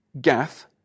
Gath